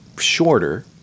shorter